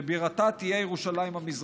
שבירתה תהיה ירושלים המזרחית.